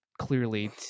clearly